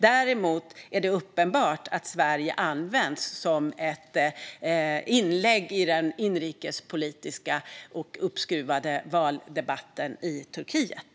Däremot är det uppenbart att Sverige har använts som ett inlägg i den uppskruvade inrikespolitiska valdebatten i Turkiet.